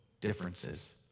differences